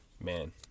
man